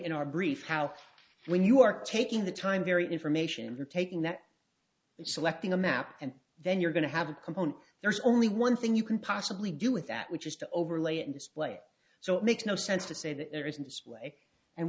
in our brief how when you are taking the time very information you're taking that selecting a map and then you're going to have a component there's only one thing you can possibly do with that which is to overlay and display so it makes no sense to say that there is in this way and